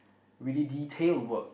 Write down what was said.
really detail work